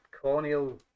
corneal